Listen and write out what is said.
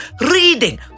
reading